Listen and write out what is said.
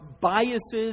biases